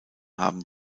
haben